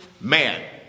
Man